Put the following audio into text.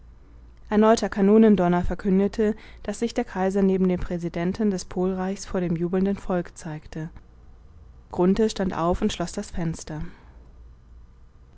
zurück erneuter kanonendonner verkündete daß sich der kaiser neben dem präsidenten des polreichs vor dem jubelnden volk zeigte grunthe stand auf und schloß das fenster